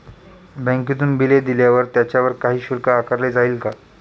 बँकेतून बिले दिल्यावर त्याच्यावर काही शुल्क आकारले जाईल का?